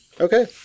Okay